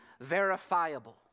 verifiable